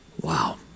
Wow